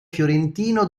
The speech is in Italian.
fiorentino